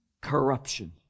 corruption